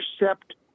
intercept